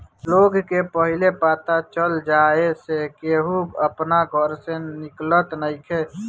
लोग के पहिले पता चल जाए से केहू अपना घर से निकलत नइखे